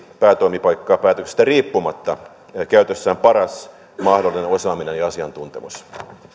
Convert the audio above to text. päätoimipaikkapäätöksistä riippumatta käytössään paras mahdollinen osaaminen ja asiantuntemus